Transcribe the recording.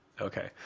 Okay